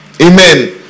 amen